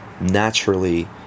naturally